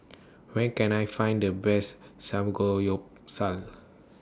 Where Can I Find The Best Samgeyopsal